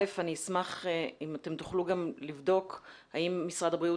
אני אשמח אם אתם תוכלו לבדוק האם משרד הבריאות